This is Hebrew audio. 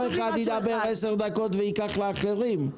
לא אחד ידבר 10 דקות וייקח לאחרים.